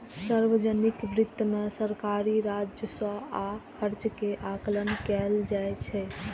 सार्वजनिक वित्त मे सरकारी राजस्व आ खर्च के आकलन कैल जाइ छै